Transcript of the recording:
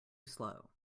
slow